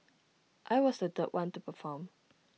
I was the third one to perform